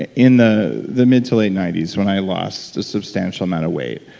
and in the the mid to late ninety s when i lost a substantial amount of weight.